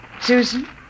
Susan